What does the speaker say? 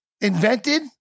invented